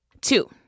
Two